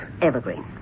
Evergreen